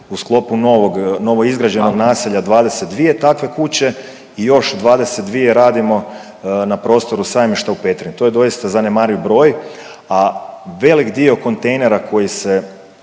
u sklopu novog, novoizgrađenog naselja 22 takve kuće i još 22 radimo na prostoru sajmišta u Petrinji. To je doista zanemariv broj, a velik dio kontejnera koji se